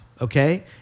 Okay